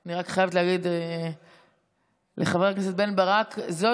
אני רק חייבת להגיד לחבר הכנסת בן ברק: זוהי